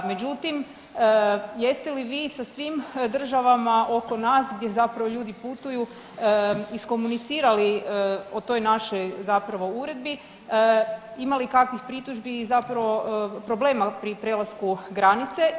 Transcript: Međutim, jeste li vi sa svim državama oko nas gdje zapravo ljudi putuju iskomunicirali o toj našoj zapravo, uredbi, ima li kakvih pritužbi i zapravo problema pri prelasku granice?